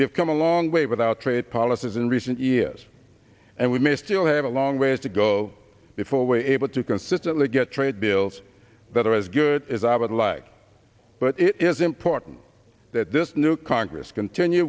have come a long way with our trade policies in recent years and we may still have a long ways to go before we're able to consistently get trade bills that are as good as i would like but it is important that this new congress continue